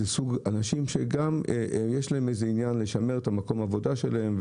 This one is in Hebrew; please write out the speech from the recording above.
זה סוג אנשים שיש להם איזשהו עניין לשמר את מקום העבודה שלהם,